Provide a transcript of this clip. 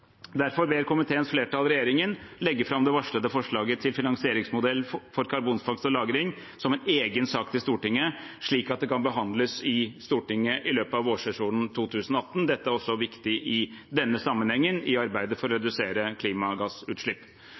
Derfor ber komiteens flertall regjeringen om å «legge fram det varslede forslaget til finansieringsmodell for karbonfangst og -lagring som en egen sak til Stortinget, slik at det kan behandles i Stortinget i løpet av vårsesjonen 2018.» Dette er også viktig i denne sammenhengen, i arbeidet for å redusere klimagassutslipp.